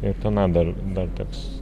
ir tenai dar dar teks